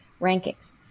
rankings